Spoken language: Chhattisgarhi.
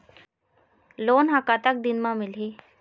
लोन ह कतक दिन मा मिलही?